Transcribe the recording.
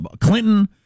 Clinton